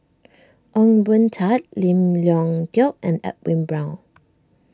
Ong Boon Tat Lim Leong Geok and Edwin Brown